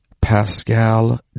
Pascal